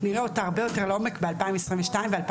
נראה אותה הרבה יותר לעומק ב-2022 וב-2023.